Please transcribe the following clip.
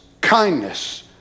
kindness